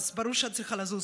ברור שאת צריכה לזוז,